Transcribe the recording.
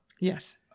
Yes